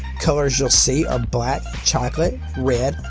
colors you'll see are black, chocolate, red,